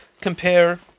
compare